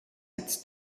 its